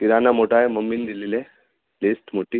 किराणा मोठा आहे मम्मीने दिलेली लिस्ट मोठी